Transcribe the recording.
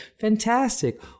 fantastic